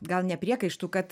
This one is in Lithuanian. gal ne priekaištų kad